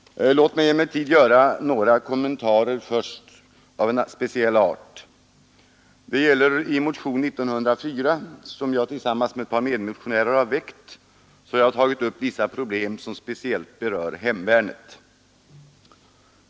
Låt mig emellertid först göra några kommentarer av en speciell art. I motionen 1904 som jag tillsammans med ett par medmotionärer väckt har vi tagit upp vissa problem som speciellt berör hemvärnet.